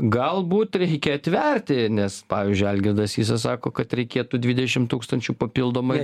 galbūt reikia atverti nes pavyzdžiui algirdas sysas sako kad reikėtų dvidešim tūkstančių papildomai